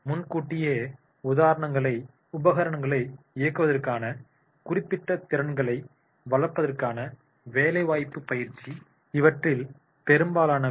முன்கூட்டியே உபகரணங்களை இயக்குவதற்கான குறிப்பிட்ட திறன்களை வளர்ப்பதற்கான வேலைவாய்ப்பு பயிற்சி இவற்றில் பெரும்பாலானவை